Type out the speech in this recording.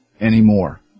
anymore